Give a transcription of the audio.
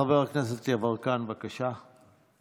חבר הכנסת יברקן, בבקשה.